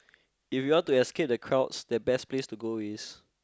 if you want to escape the crowds the best place to go is